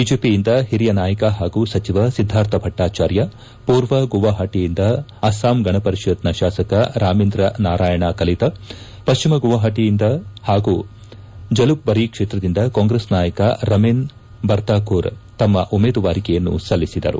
ಬಿಜೆಪಿಯಿಂದ ಹಿರಿಯ ನಾಯಕ ಹಾಗೂ ಸಚಿವ ಸಿದ್ದಾರ್ಥ ಭಟ್ಟಾಚಾರ್ಯ ಪೂರ್ವ ಗುವಾಹಟಿಯಿಂದ ಅಸ್ಲಾಂ ಗಣಪರಿಷತ್ನ ಶಾಸಕ ರಾಮೇಂದ್ರ ನಾರಾಯಣ ಕಲಿತ ಪಶ್ಲಿಮ ಗುವಾಹಟಿಯಿಂದ ಹಾಗೂ ಜಲುಕ್ಬರಿ ಕ್ಷೇತ್ರದಿಂದ ಕಾಂಗ್ರೆಸ್ ನಾಯಕ ರಮೆನ್ ಬರ್ತಾಕೂರ್ ತಮ್ನ ಉಮೇದುವಾರಿಕೆಯನ್ನು ಸಲ್ಲಿಸಿದರು